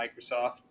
Microsoft